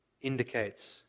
indicates